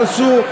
הרסו.